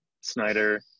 Snyder